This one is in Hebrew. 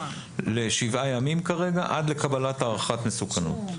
לשבעה ימים כרגע עד לקבלת הערכת מסוכנות.